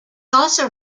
also